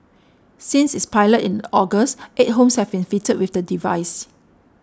since its pilot in August eight homes have been fitted with the device